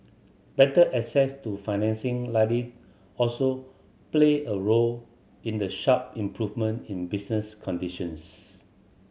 better access to financing likely also played a role in the sharp improvement in business conditions